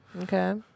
Okay